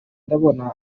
ndabona